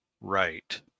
right